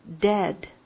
dead